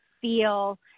feel